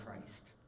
Christ